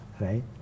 right